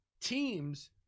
teams